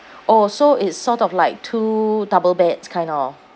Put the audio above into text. orh so it's sort of like two double beds kind of